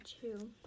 two